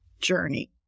journey